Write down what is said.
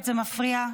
זה מפריע.